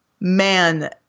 man